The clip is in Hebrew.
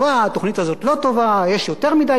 יש יותר מדי ביקורת, פחות מדי ביקורת.